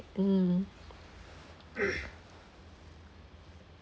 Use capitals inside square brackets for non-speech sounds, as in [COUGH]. mm [COUGHS]